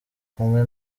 kumwe